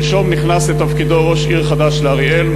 שלשום נכנס לתפקידו ראש עיר חדש לאריאל,